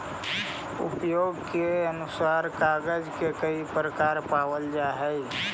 उपयोग के अनुसार कागज के कई प्रकार पावल जा हई